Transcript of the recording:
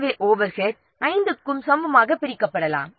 எனவே ஓவர்ஹெட் ஐந்துக்கும் சமமாக பிரிக்கப்படலாம்